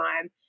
time